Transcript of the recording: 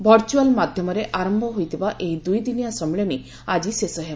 virtual ମାଧ୍ୟମରେ ଆରମ୍ଭ ହୋଇଥିବା ଏହି ଦୁଇ ଦିନିଆ ସମ୍ମିଳନୀ ଆଜି ଶେଷ ହେବ